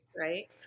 Right